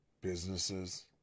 businesses